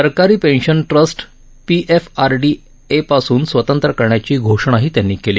सरकारी pension trust पीएफआरडीएपासून स्वतंत्र करण्याची घोषणाही त्यांनी केली